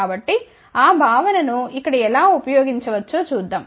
కాబట్టి ఆ భావనను ఇక్కడ ఎలా ఉపయోగించవచ్చో చూద్దాం